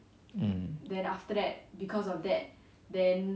mm